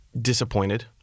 disappointed